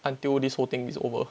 until this whole thing is over